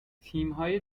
تیمهای